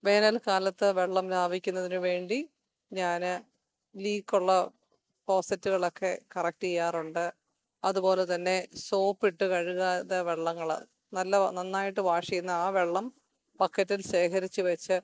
വേനല്ക്കാലത്ത് വെള്ളം ലാഭിക്കുന്നതിനുവേണ്ടി ഞാൻ ലീക്കുള്ള പോസറ്റുകളൊക്കെ കറക്റ്റ് ചെയ്യാറുണ്ട് അതുപോലെത്തന്നെ സോപ്പിട്ട് കഴുകാത്ത വെള്ളങ്ങൾ നല്ല നന്നായിട്ട് വാഷ് ചെയ്യുന്ന ആ വെള്ളം ബക്കറ്റില് ശേഖരിച്ചുവെച്ച്